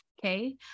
Okay